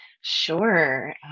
Sure